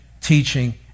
teaching